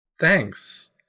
Thanks